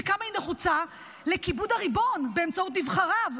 וכמה היא נחוצה לכיבוד הריבון באמצעות נבחריו,